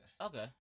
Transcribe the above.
Okay